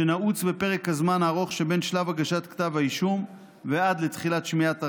שנעוץ בפרק הזמן הארוך שמהגשת כתב האישום ועד לתחילת שמיעות הראיות,